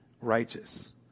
righteous